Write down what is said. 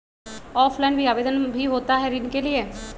Offline भी आवेदन भी होता है ऋण के लिए?